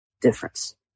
difference